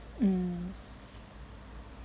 mm